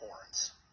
horns